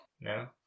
No